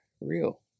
real